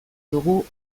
dugu